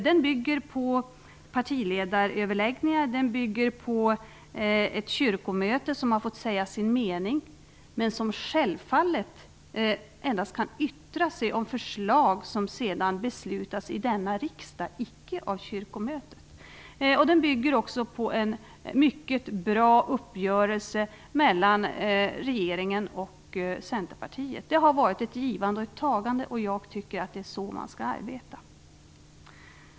Den bygger på partiledaröverläggningar, och den bygger på att kyrkomötet har fått säga sin mening. Men kyrkomötet kan självfallet endast yttra sig över förslag som det sedan beslutas om i denna riksdag, icke av kyrkomötet. Den bygger också på en mycket bra uppgörelse mellan regeringen och Centerpartiet. Det har varit ett givande och tagande. Jag tycker att det är så man skall arbeta.